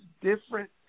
different